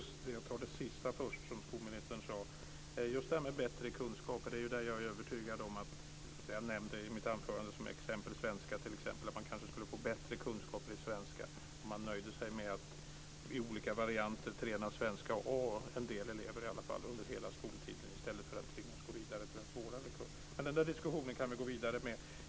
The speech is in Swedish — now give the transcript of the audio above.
Fru talman! Jag tar först det som skolministern sade sist. När det gäller just detta med bättre kunskaper nämnde jag i mitt anförande ämnet svenska som exempel. Kunskaperna i svenska skulle bli bättre om en del elever nöjde sig med att i olika varianter träna svenska A under hela skoltiden, i stället för att tvingas gå vidare till en svårare kurs. Den diskussionen kan vi gå vidare med.